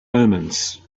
omens